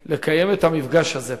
לקיים את המפגש הזה פה.